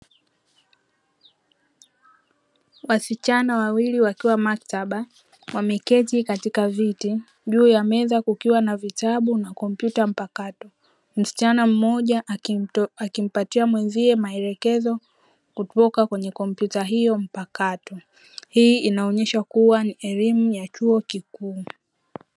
Wasichana wawili wakiwa maktaba wameketi katika viti, juu ya meza kukiwa na vitabu na kompyuta mpakato, msichana mmoja akimpatia mwenzie maelekezo kutoka kwenye kompyuta mpakato. Hii inaonyesha kuwa ni elimu ya chuo kikuu.